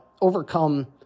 overcome